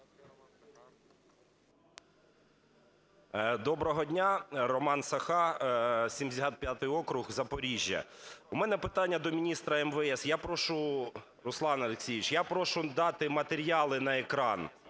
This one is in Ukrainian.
Доброго дня! Роман Соха, 75 округ, Запоріжжя. В мене питання до міністра МВС. Я прошу, Руслан Олексійович, я прошу дати матеріали на екран.